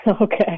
Okay